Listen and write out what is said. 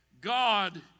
god